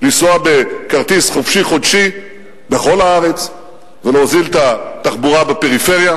לנסוע בכרטיס "חופשי חודשי" בכל הארץ ולהוזיל את התחבורה בפריפריה.